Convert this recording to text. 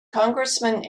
congressman